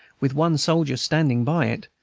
with one soldier standing by it,